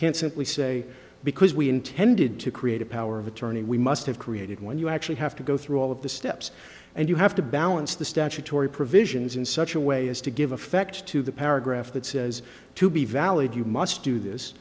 can't simply say because we intended to create a power of attorney we must have created when you actually have to go through all of the steps and you have to balance the statutory provisions in such a way as to give effect to the paragraph that says to be valid you must do this